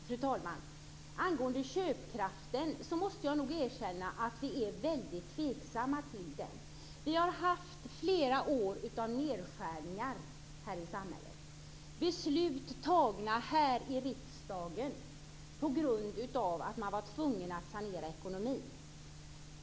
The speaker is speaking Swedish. Fru talman! Jag måste erkänna att vi är väldigt tveksamma när det gäller köpkraften. Vi har haft flera år av nedskärningar här i samhället. Beslut har fattats här i riksdagen på grund av att man har varit tvungen att sanera ekonomin.